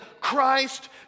Christ